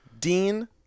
Dean